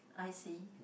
I see